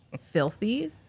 filthy